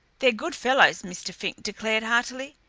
they're good fellows, mr. fink declared heartily,